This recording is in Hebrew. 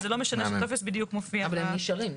אז זה לא משנה שהטופס בדיוק מופיע --- אבל הם נשארים.